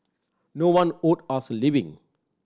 no one owed us a living